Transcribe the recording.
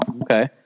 Okay